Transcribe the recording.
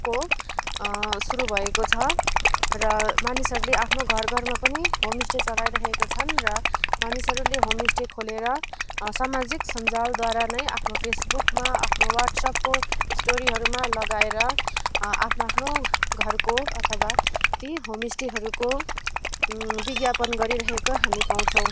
को सुरु भएको छ र मानिसहरूले आफ्नो घर घरमा पनि होमस्टे चलाइराखेका छन् र मानिसहरूले होमस्टे खोलेर सामाजिक सञ्जालद्वारा नै आफ्नो फेसबुकमा आफ्नो वाट्सएपको स्टोरीहरूमा लगाएर आफ्नो आफ्नो घरको अथवा ती होमस्टेहरूको विज्ञापन गरिरहेको हामी पाउँछौँ